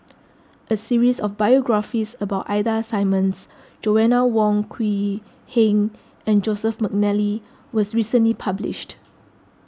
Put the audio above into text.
a series of biographies about Ida Simmons Joanna Wong Quee Heng and Joseph McNally was recently published